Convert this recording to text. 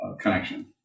connection